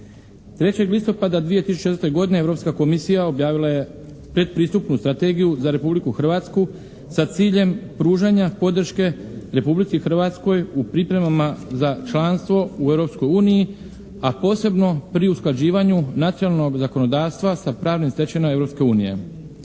3. listopada 2004. godine Europska komisija objavila je predpristupnu strategiju za Republiku Hrvatsku sa ciljem pružanja podrške Republici Hrvatskoj u pripremama za članstvo u Europskoj uniji, a posebno pri usklađivanju nacionalnog zakonodavstva sa pravnim stečevinama